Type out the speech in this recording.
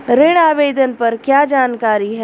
ऋण आवेदन पर क्या जानकारी है?